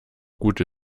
gute